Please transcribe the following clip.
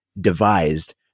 devised